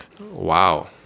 Wow